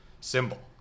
symbol